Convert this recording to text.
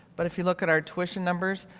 but if you look at our tuition numbers,